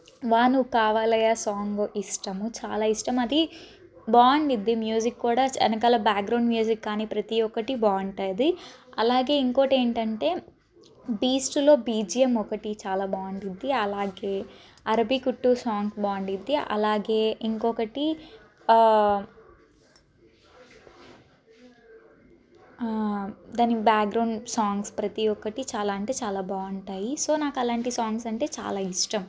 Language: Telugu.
వా నువ్వు కావాలయ్యా సాంగ్ ఇష్టము చాలా ఇష్టం అది బాగుండుద్ది మ్యూజిక్ కూడా వెనకాల బ్యాక్ గ్రౌండ్ మ్యూజిక్ కానీ ప్రతి ఒక్కటి బాగుంటుంది అలాగే ఇంకోటి ఏంటంటే బీస్ట్లో బిజిఎం ఒకటి చాలా బాగుండుద్ది అలాగే అరబిక్ కుట్టు సాంగ్ బాగుండుద్ది అలాగే ఇంకొకటి దానికి బ్యాక్ గ్రౌండ్ సాంగ్స్ ప్రతి ఒక్కటి చాలా అంటే చాలా బాగుంటాయి సో నాకు అలాంటి సాంగ్స్ అంటే చాలా ఇష్టం